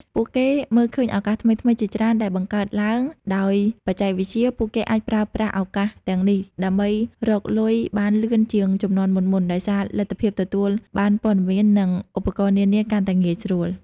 ពួកគេមើលឃើញឱកាសថ្មីៗជាច្រើនដែលបង្កើតឡើងដោយបច្ចេកវិទ្យា ពួកគេអាចប្រើប្រាស់ឱកាសទាំងនេះដើម្បីរកលុយបានលឿនជាងជំនាន់មុនៗ ដោយសារលទ្ធភាពទទួលបានព័ត៌មាន និងឧបករណ៍នានាកាន់តែងាយស្រួល។